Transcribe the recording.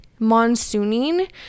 monsooning